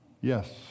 Yes